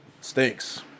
Stinks